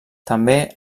també